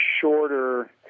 shorter